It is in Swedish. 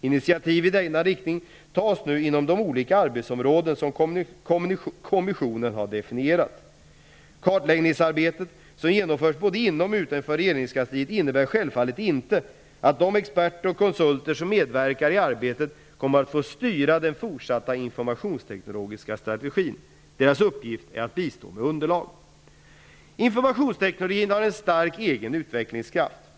Initiativ i denna riktning tas nu inom de olika arbetsområden som kommissionen har definierat. Kartläggningsarbetet, som genomförs både inom och utanför regeringskansliet, innebär självfallet inte att de experter och konsulter som medverkar i arbetet kommer att få styra den fortsatta informationsteknologiska strategin. Deras uppgift är bistå med underlag. Informationsteknologin har en stark egen utvecklingskraft.